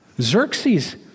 Xerxes